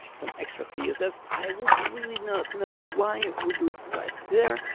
some extra css. i would really not know why would do it right there.